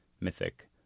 mythic